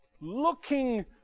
looking